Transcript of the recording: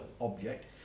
object